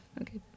Okay